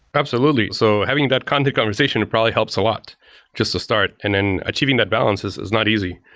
absolutely. so having that kind of conversation and probably helps a lot just as a start. and then achieving that balance is is not easy.